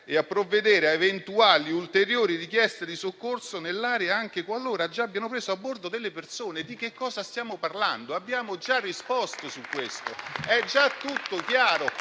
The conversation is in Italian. e a provvedere ad eventuali ulteriori richieste di soccorso nell'area, anche qualora abbiano già preso a bordo delle persone. Ma allora di che cosa stiamo parlando? Abbiamo già risposto su questo ed è già tutto chiaro,